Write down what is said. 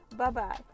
Bye-bye